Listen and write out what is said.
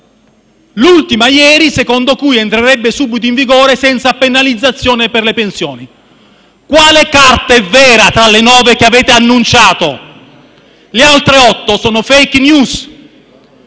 l'ultima ieri, secondo cui entrerebbe subito in vigore senza penalizzazione per le pensioni. Quale carta è vera tra le nove che avete annunciato? Le altre otto sono *fake news*.